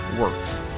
works